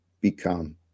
become